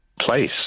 Place